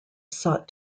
sought